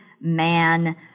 man